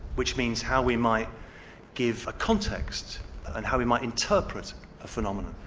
which means how we might give a context and how we might interpret a phenomenon.